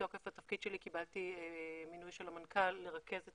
מתוקף התפקיד שלי קיבלתי מינוי של המנכ"ל לרכז את